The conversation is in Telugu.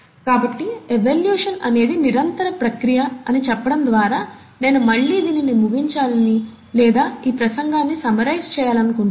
కాబట్టి ఎవల్యూషన్ అనేది నిరంతర ప్రక్రియ అని చెప్పడం ద్వారా నేను మళ్ళీ దీన్ని ముగించాలని లేదా ఈ ప్రసంగాన్ని సమరైజ్ చేయాలనుకుంటున్నాను